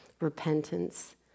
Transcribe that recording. Repentance